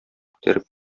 күтәреп